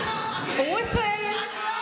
יש לך